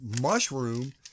mushroom